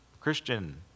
Christian